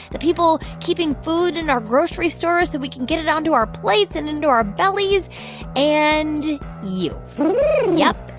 the people keeping food in our grocery stores so we can get it onto our plates and into our bellies and you yep,